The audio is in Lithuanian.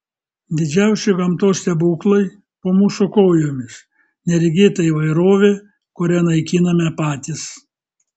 didžiausi gamtos stebuklai po mūsų kojomis neregėta įvairovė kurią naikiname patys